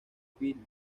pitti